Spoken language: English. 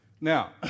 Now